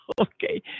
Okay